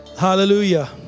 Hallelujah